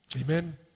Amen